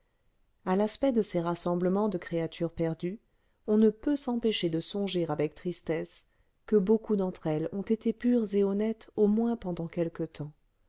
à l'aspect de ces rassemblements de créatures perdues on ne peut s'empêcher de songer avec tristesse que beaucoup d'entre elles ont été pures et honnêtes au moins pendant quelque temps